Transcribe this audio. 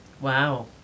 Wow